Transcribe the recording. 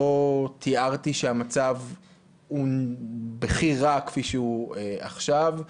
לא תארתי שהמצב הוא בכי רע כפי שהוא עכשיו.